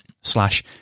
slash